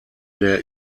der